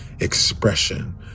expression